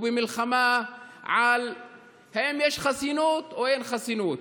במלחמה על אם יש חסינות או אין חסינות.